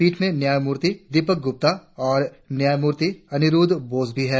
पीठ में न्यायमूर्ति दीपक गुप्ता और न्यायमूर्ति अनिरुद्ध बोस भी है